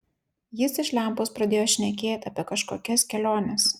jis iš lempos pradėjo šnekėt apie kažkokias keliones